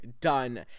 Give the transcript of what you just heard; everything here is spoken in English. done